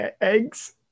Eggs